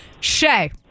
Shay